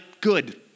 good